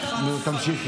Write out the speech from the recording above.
לא.